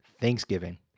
Thanksgiving